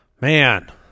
man